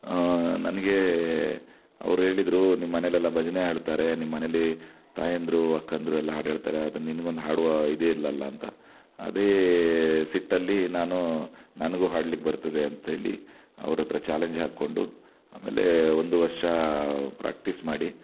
ನನಗೆ ಅವರು ಹೇಳಿದರು ನಿಮ್ಮ ಮನೆಯಲ್ಲೆಲ್ಲ ಭಜನೆ ಹೇಳ್ತಾರೆ ನಿಮ್ಮ ಮನೆಯಲ್ಲಿ ತಾಯಂದಿರು ಅಕ್ಕಂದಿರು ಎಲ್ಲ ಹಾಡ್ಹೇಳ್ತಾರೆ ಆದರೆ ನಿನಗೊಂದು ಹಾಡುವ ಇದೇ ಇಲ್ಲಲ್ಲ ಅಂತ ಅದೇ ಸಿಟ್ಟಲ್ಲಿ ನಾನು ನನಗೂ ಹಾಡಲಿಕ್ಕೆ ಬರ್ತದೆ ಅಂತೇಳಿ ಅವರ ಹತ್ರ ಚಾಲೆಂಜ್ ಹಾಕಿಕೊಂಡು ಆಮೇಲೆ ಒಂದು ವರ್ಷ ಪ್ರ್ಯಾಕ್ಟೀಸ್ ಮಾಡಿ